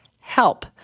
help